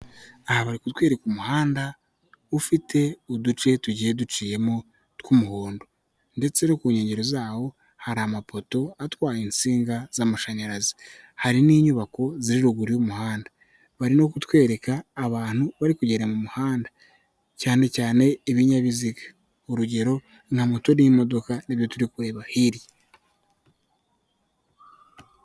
Aha bari kutwereka umuhanda ufite uduce tugiye duciyemo tw'umuhondo ndetse no ku nkengero zawo hari amapoto atwaye insinga z'amashanyarazi, hari n'inyubako ziri ruguru y'umuhanda, bari no kutwereka abantu bari kugenda mu muhanda cyane cyane ibinyabiziga, urugero nka moto y'imodoka nibyo turi kureba hirya.